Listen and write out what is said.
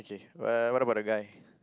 okay uh what about the guy